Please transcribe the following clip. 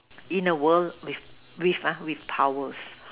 in a world with with ah with powers